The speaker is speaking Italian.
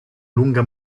lunga